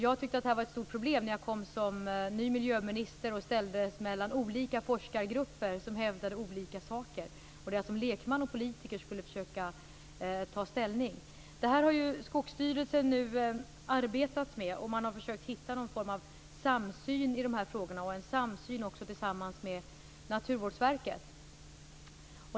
Jag tyckte att det var ett stort problem när jag tillträdde som ny miljöminister och ställdes mellan olika forskargrupper som hävdade olika saker. Som lekman och politiker skulle jag då försöka att ta ställning. Skogsstyrelsen har nu arbetat med detta, och man har försökt att hitta någon form av samsyn i dessa frågor, också med Naturvårdsverket.